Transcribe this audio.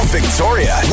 Victoria